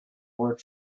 work